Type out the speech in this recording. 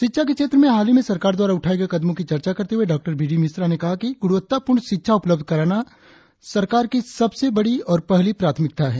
शिक्षा के क्षेत्र में हालहीं में सरकार द्वारा उठाए गए कदमों की चर्चा करते हुए डॉ बी डी मिश्रा ने कहा कि गुणवत्तापूर्ण शिक्षा उपलब्ध कराना सरकार की सबसे बई और पहली प्राथमिकता है